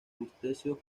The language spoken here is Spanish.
crustáceos